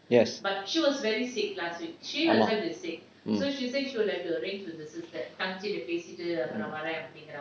yes !wah! mm